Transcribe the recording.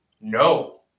No